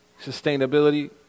sustainability